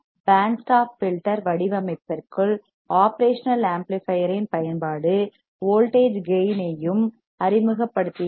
pant stop filter வடிவமைப்பிற்குள் operational amplifier இன் பயன்பாடு வோல்ட்டேஜ் கேயின் யும் அறிமுகப்படுத்த அனுமதிக்கிறது